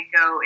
go